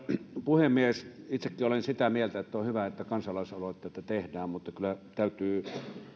puhemies itsekin olen sitä mieltä että on hyvä että kansalaisaloitteita tehdään mutta kyllä täytyy